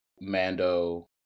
Mando